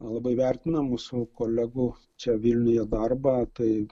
labai vertina mūsų kolegų čia vilniuje darbą tai